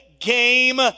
Game